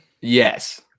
Yes